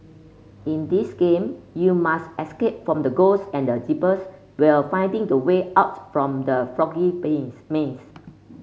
in this game you must escape from the ghosts and the while finding the way out from the foggy maze